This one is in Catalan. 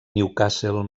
newcastle